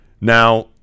Now